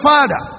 Father